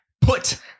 Put